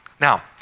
Now